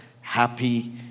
happy